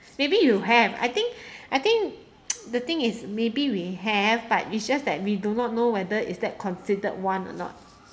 maybe you have I think I think the thing is maybe we have but it's just that we do not know whether is that considered one or not